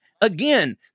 again